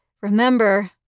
Remember